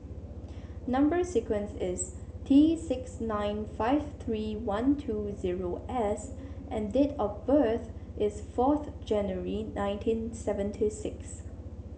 number sequence is T six nine five three one two zero S and date of birth is fourth January nineteen seventy six